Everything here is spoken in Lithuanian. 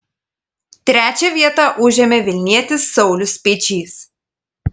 trečią vietą užėmė vilnietis saulius speičys